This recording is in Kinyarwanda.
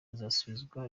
bazasubizwa